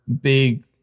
big